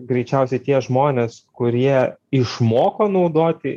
greičiausiai tie žmonės kurie išmoko naudoti